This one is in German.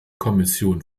kommission